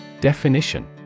Definition